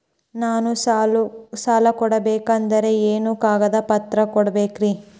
ನಾನು ಸಾಲ ಪಡಕೋಬೇಕಂದರೆ ಏನೇನು ಕಾಗದ ಪತ್ರ ಕೋಡಬೇಕ್ರಿ?